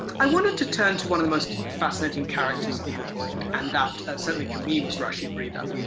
i wanted to turn to one of the most fascinating characters in the book, and that certainly for me was rashid rida.